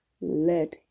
let